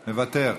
מוותר.